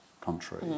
country